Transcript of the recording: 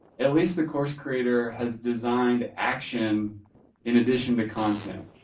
at least the course creator has designed action in addition to content.